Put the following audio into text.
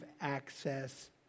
access